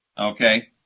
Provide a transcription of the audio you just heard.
Okay